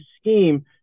scheme